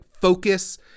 focus